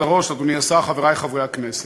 חברי חברי הכנסת,